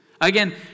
Again